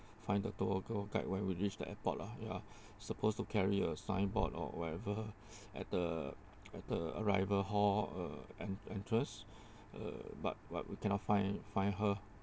find the tour girl guide when we reached the airport lah ya supposed to carry a signboard or whatever at the at the arrival hall uh en~ entrance uh but but we cannot find find her